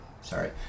Sorry